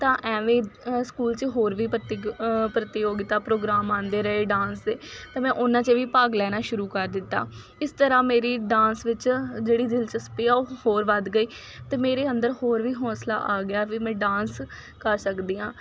ਤਾਂ ਐਵੇਂ ਸਕੂਲ 'ਚ ਹੋਰ ਵੀ ਪ੍ਰਤੀਗ ਪ੍ਰਤੀਯੋਗਿਤਾ ਪ੍ਰੋਗਰਾਮ ਆਉਂਦੇ ਰਹੇ ਡਾਂਸ ਦੇ ਤਾਂ ਮੈਂ ਉਹਨਾਂ 'ਚ ਵੀ ਭਾਗ ਲੈਣਾ ਸ਼ੁਰੂ ਕਰ ਦਿੱਤਾ ਇਸ ਤਰ੍ਹਾਂ ਮੇਰੀ ਡਾਂਸ ਵਿੱਚ ਜਿਹੜੀ ਦਿਲਚਸਪੀ ਆ ਉਹ ਹੋਰ ਵੱਧ ਗਈ ਅਤੇ ਮੇਰੇ ਅੰਦਰ ਹੋਰ ਵੀ ਹੌਂਸਲਾ ਆ ਗਿਆ ਵੀ ਮੈਂ ਡਾਂਸ ਕਰ ਸਕਦੀ ਹਾਂ